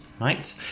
Right